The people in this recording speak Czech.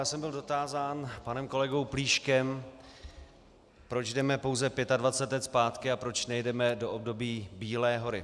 Byl jsem dotázán panem kolegou Plíškem, proč jdeme pouze 25 let zpátky a proč nejdeme do období Bílé hory.